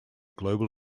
global